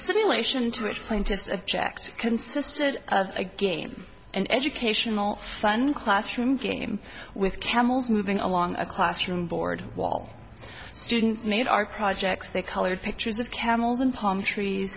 stimulation to which plaintiff's object consisted of a game an educational fun classroom game with camels moving along a classroom board wall students made our projects they colored pictures of camels in palm trees